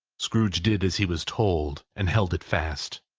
scrooge did as he was told, and held it fast.